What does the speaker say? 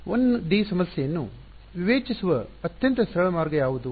1 D ಸಮಸ್ಯೆಯನ್ನು ವಿವೇಚಿಸುವ ಅತ್ಯಂತ ಸರಳ ಮಾರ್ಗ ಯಾವುದು